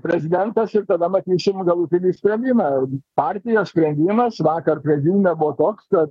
prezidentas ir tada matysim galutinį sprendimą partijos sprendimas vakar prezidiume buvo toks kad